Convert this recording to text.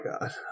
God